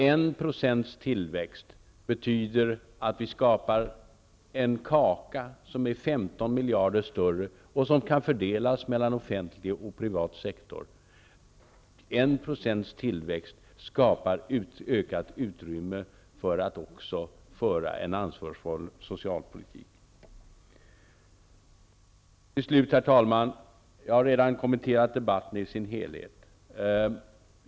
En tillväxt på 1 % betyder att vi skapar en kaka som är 15 miljarder kronor större och som kan fördelas mellan offentlig och privat sektor. En tillväxt på 1 % skapar ökat utrymme för oss att också föra en ansvarsfull socialpolitik. Herr talman! Jag har redan kommenterat debatten i sin helhet.